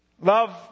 Love